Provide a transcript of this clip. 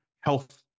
health